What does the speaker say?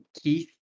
Keith